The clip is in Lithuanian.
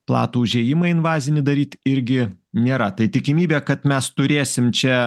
platų užėjimą invazinį daryt irgi nėra tai tikimybė kad mes turėsim čia